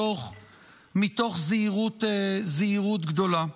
מתוך זהירות גדולה.